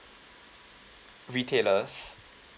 retailers